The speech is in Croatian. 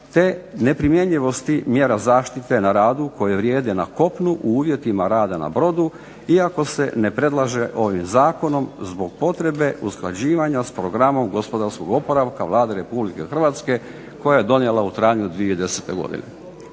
te neprimjenjivosti mjera zaštite na radu koji vrijede na kopnu u uvjetima rada na brodu iako se ne predlaže ovim zakonom zbog potrebe usklađivanja s programom gospodarskog oporavka Vlade Republike Hrvatske koji je donijela u travnju 2010. godine.